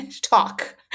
talk